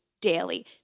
daily